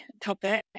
topic